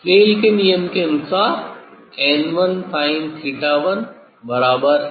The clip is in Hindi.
Snell's के नियम के अनुसार n1sin1n2sin2 ठीक है